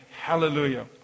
hallelujah